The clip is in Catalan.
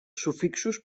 sufixos